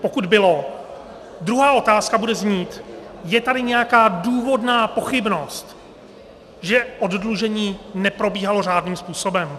Pokud bylo, druhá otázka bude znít: Je tady nějaká důvodná pochybnost, že oddlužení neprobíhalo řádným způsobem?